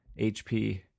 HP